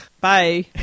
bye